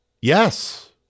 Yes